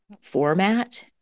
format